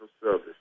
service